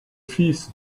fils